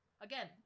Again